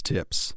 Tips